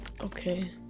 Okay